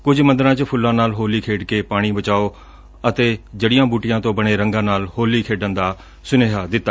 ਕੁਝ ਮੰਦਰਾਂ ਚ ਫੁੱਲਾਂ ਨਾਲ ਹੋਲੀ ਖੇਡ ਕੇ ਪਾਣੀ ਬਚਾਓ ਅਤੇ ਜੜੀਆਂ ਬੁਟੀਆਂ ਤੋਂ ਬਣੇ ਰੰਗਾਂ ਨਾਲ ਹੋਲੀ ਖੇਡਣ ਦਾ ਸੁਨੇਹਾ ਦਿੱਤਾ